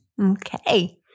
Okay